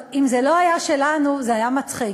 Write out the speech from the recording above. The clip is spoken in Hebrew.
אם זה לא היה שלנו זה היה מצחיק,